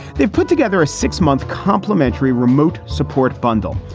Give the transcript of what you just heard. they've put together a six month complementary remote support bundle.